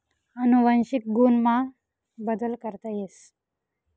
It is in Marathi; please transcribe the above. अनुवंशिक गुण मा बदल करता येस